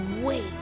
wait